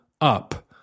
up